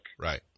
right